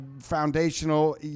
foundational